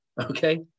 Okay